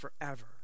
forever